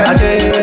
Again